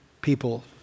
people